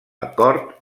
acord